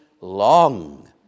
long